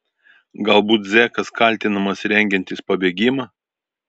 galbūt zekas kaltinamas rengiantis pabėgimą